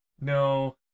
No